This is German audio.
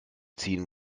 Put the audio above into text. ziehen